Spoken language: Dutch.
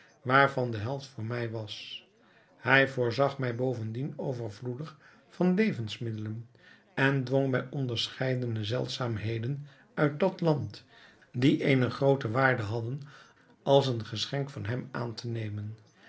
waarvan de helft voor mij was hij voorzag mij bovendien overvloedig van levensmiddelen en dwong mij onderscheidene zeldzaamheden uit dat land die eene groote waarde hadden als een geschenk van hem aan te nemen